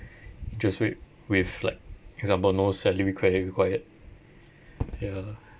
interest rate with like example no salary credit required ya